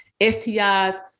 stis